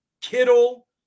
Kittle